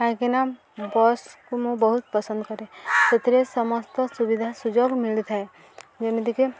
କାହିଁକିନା ବସ୍କୁ ମୁଁ ବହୁତ ପସନ୍ଦ କରେ ସେଥିରେ ସମସ୍ତ ସୁବିଧା ସୁଯୋଗ ମିଳିଥାଏ ଯେମିତିକି